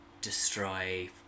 destroy